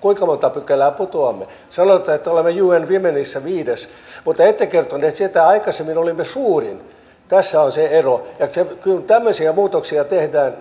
kuinka monta pykälää putoamme sanoitte että olemme un womenissä viides mutta ette kertonut sitä että aikaisemmin olimme suurin tässä on se ero kun tämmöisiä muutoksia tehdään